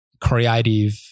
creative